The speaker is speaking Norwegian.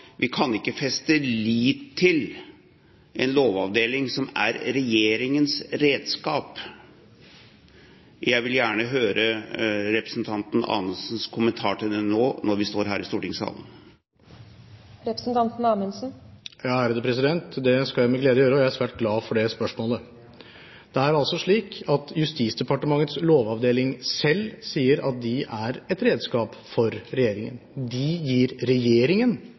Vi kan ikke feste lit til en lovavdeling som er regjeringens redskap. Jeg vil gjerne høre representanten Anundsens kommentar til det nå når vi står her i stortingssalen. Det skal jeg med glede gjøre, og jeg er svært glad for det spørsmålet. Det er altså slik at Justisdepartementets lovavdeling selv sier at de er et redskap for regjeringen. De gir regjeringen